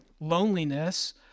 loneliness—